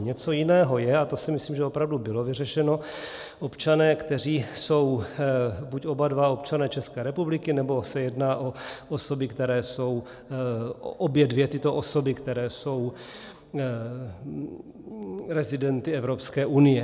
Něco jiného je, a to si myslím, že opravdu bylo vyřešeno, občané, kteří jsou buď oba dva občané České republiky, nebo se jedná o osoby, které jsou obě dvě tyto osoby, které jsou rezidenty Evropské unie.